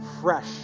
fresh